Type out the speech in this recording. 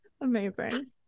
Amazing